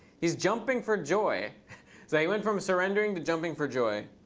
he's jumping for joy. so he went from surrendering to jumping for joy.